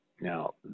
Now